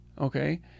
Okay